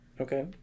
okay